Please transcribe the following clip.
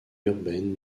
urbaine